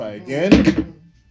Again